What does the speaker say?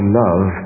love